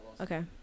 Okay